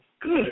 Good